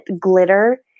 glitter